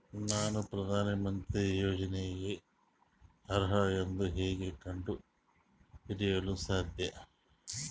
ನಾನು ಪ್ರಧಾನ ಮಂತ್ರಿ ಯೋಜನೆಗೆ ಅರ್ಹ ಎಂದು ಹೆಂಗ್ ಕಂಡ ಹಿಡಿಯಲು ಸಾಧ್ಯ?